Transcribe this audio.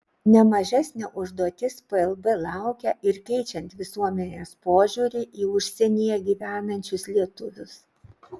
ne mažesnė užduotis plb laukia ir keičiant visuomenės požiūrį į užsienyje gyvenančius lietuvius